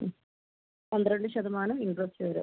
അ പന്ത്രണ്ട് ശതമാനം ഇൻ്ററെസ്റ്റ് വരും